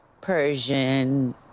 Persian